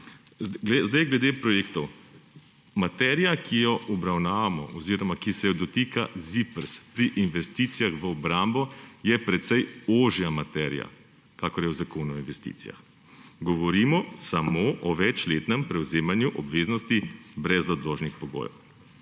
2020. Glede projektov. Materija, ki jo obravnavamo oziroma ki se jo dotika ZIPRS pri investicijah v obrambo, je precej ožja materija, kakor je v Zakonu o investicijah. Govorimo samo o večletnem prevzemanju obveznosti brez odložnih pogojev.